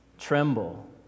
tremble